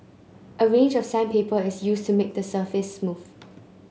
a range of sandpaper is used to make the surface smooth